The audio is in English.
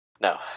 No